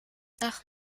ach